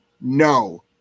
No